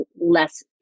less